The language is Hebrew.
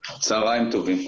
טובים.